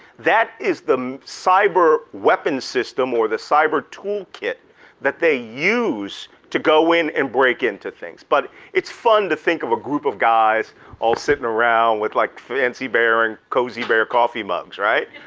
that is the cyber weapons system or the cyber toolkit that they use to go in and break into things. but it's fun to think of a group of guys all sitting around with like fancy bear and cozy bear coffee mugs, right?